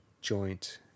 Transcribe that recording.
joint